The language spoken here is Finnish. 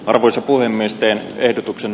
arvoisa puhemies teen ehdotuksen